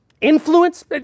influence